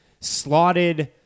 slotted